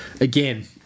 again